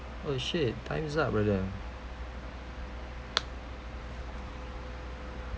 oh shit times up brother